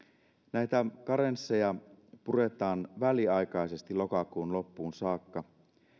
näitä karensseja puretaan väliaikaisesti lokakuun loppuun saakka